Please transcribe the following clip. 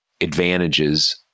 advantages